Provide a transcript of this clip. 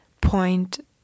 point